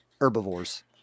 herbivores